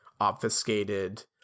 obfuscated